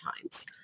times